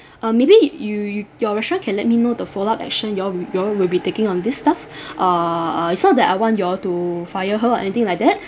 uh maybe you you your restaurant can let me know the follow up action you all you all will be taking on this staff err uh it's not that I want you all to fire her or anything like that